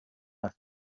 left